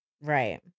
Right